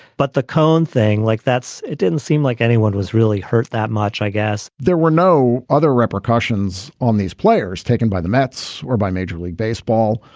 but the cohen thing like that's it didn't seem like anyone was really hurt that much i guess there were no other repercussions on these players taken by the mets or by major league baseball.